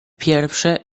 pierwsze